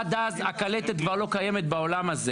עד אז הקלטת כבר לא קיימת בעולם הזה.